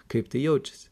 kaip tai jaučiasi